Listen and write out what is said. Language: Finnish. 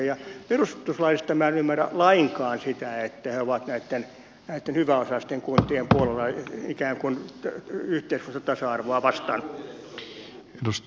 ja perustuslaista minä en ymmärrä lainkaan sitä että he ovat näitten hyväosaisten kuntien puolella ikään kuin yhteiskuntatasa arvoa vastaan